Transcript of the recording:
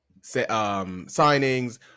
signings